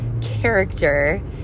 character